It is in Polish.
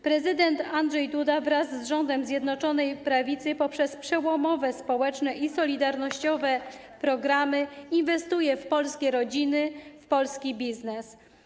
Prezydent Andrzej Duda wraz z rządem Zjednoczonej Prawicy poprzez przełomowe społeczne i solidarnościowe programy inwestuje w polskie rodziny, w polski biznes.